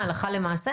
קדימה, הלכה למעשה.